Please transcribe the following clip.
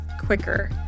quicker